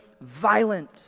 violent